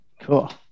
Cool